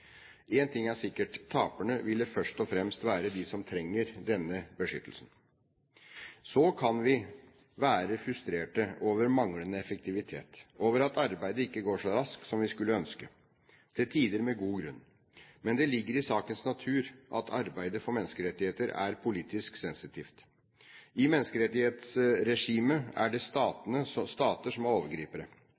ting er sikkert: Taperne ville først og fremst være de som trenger denne beskyttelse. Så kan vi være frustrerte over manglende effektivitet, over at arbeidet ikke går så raskt som vi skulle ønske. Til tider med god grunn. Men det ligger i sakens natur at arbeidet for menneskerettighetene er politisk sensitivt. I menneskerettighetsregimet er det stater som er overgripere.